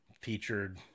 featured